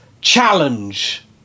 challenge